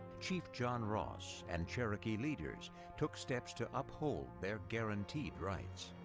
chief john ross and cherokee leaders took steps to upold their guaranteed rights.